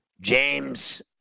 James